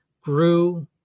grew